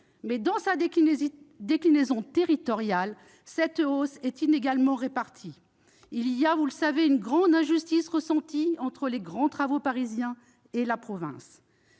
Mais, dans sa déclinaison territoriale, cette augmentation est inégalement répartie. Vous le savez, une forte injustice est ressentie entre les grands travaux parisiens et la province.